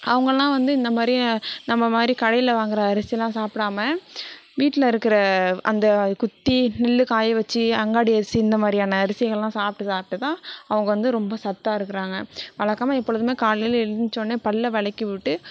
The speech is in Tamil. அவங்கள்லாம் வந்து இந்தமாதிரி நம்மளமாதிரி கடையில் வாங்கற அரிசிலாம் சாப்பிடாம வீட்டில் இருக்கிற அந்த குத்தி நெல் காய வச்சு அங்காடி அரிசி இந்தமாதிரியான அரிசியலாம் சாப்பிட்டு சாப்பிட்டுதான் அவங்க வந்து ரொம்ப சத்தாக இருக்கிறாங்க வழக்கமாக எப்பொழுதுமே காலையில் எழுந்துச்சோடனயே பல்லை விளக்கி உட்டு